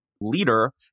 leader